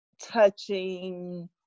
touching